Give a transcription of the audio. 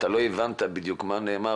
ולא הבנת בדיוק מה נאמר',